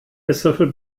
esslöffel